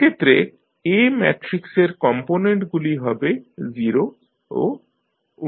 এক্ষেত্রে A ম্যাট্রিক্সের কম্পোনেন্টগুলি হবে 0 ও 1C